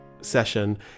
session